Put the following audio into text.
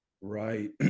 Right